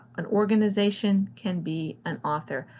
an organization can be an author.